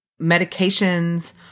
medications